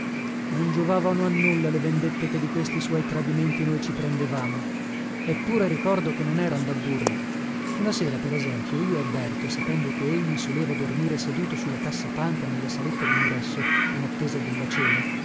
non giovavano a nulla le vendette che di questi suoi tradimenti noi ci prendevamo eppure ricordo che non eran da burla una sera per esempio io e berto sapendo che egli soleva dormire seduto su la cassapanca nella saletta dingresso in attesa della cena